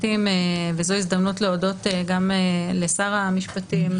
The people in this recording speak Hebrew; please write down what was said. זו הזדמנות להודות גם לשר המשפטים,